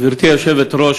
גברתי היושבת-ראש,